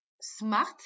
smart